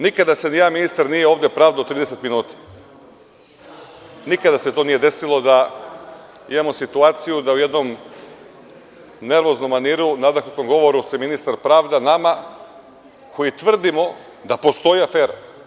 Nikada se nije ni jedan ministar ovde nije pravdao 30 minuta, nikada se to nije desilo da imamo situaciju da u jednom nervoznom maniru, nadahnutom govoru se ministar pravda nama koji tvrdimo da postoje afere.